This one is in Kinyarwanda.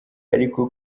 ariko